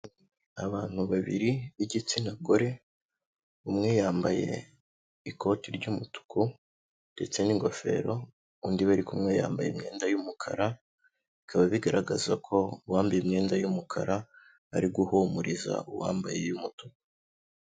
Abantu babiri b'igitsina gore, umwe yambaye ikoti ry'umutuku ndetse n'ingofero, undi bari kumwe yambaye imyenda y'umukara, bikaba bigaragaza ko uwambaye imyenda y'umukara ari guhumuriza uwambaye umutuku.